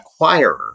acquirer